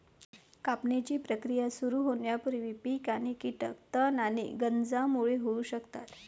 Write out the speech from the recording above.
कापणीची प्रक्रिया सुरू होण्यापूर्वी पीक आणि कीटक तण आणि गंजांमुळे होऊ शकतात